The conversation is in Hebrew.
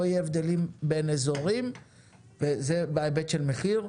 יהיו הבדלים בין אזורים וזה בהיבט של מחיר,